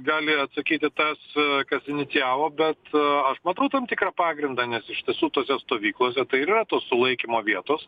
gali atsakyti tas kas inicijavo bet aš matau tam tikrą pagrindą nes iš tiesų tose stovyklose tai ir yra tos sulaikymo vietos